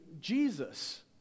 Jesus